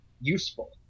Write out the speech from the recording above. useful